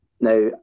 Now